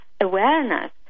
awareness